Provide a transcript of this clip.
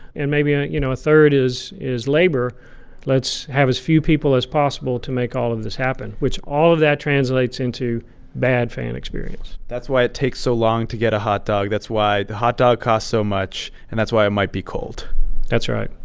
and maybe, you know, a third is is labor let's have as few people as possible to make all of this happen, which all of that translates into bad fan experience that's why it takes so long to get a hot dog. that's why the hot dog costs so much. and that's why it might be cold that's right,